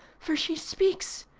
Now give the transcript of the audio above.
for she speaks,